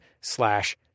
slash